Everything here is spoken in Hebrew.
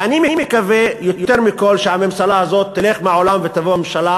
ואני מקווה יותר מכול שהממשלה הזאת תלך מהעולם ותבוא ממשלה